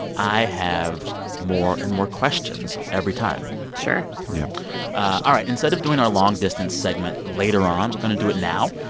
i have more and more questions every time sure yeah ah all right. instead of doing our long distance segment later on, we're going to do it now.